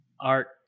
art